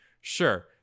Sure